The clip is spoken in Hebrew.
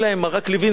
"מרק לוינסקי".